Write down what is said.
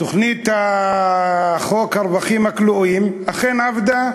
תוכנית חוק הרווחים הכלואים אכן עבדה,